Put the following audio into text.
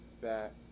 back